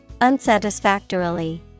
unsatisfactorily